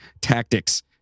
Tactics